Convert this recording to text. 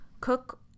Cook